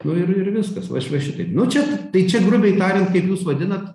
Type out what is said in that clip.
nu ir ir viskas aš va šitaip nu čia tai čia grubiai tariant kaip jūs vadinat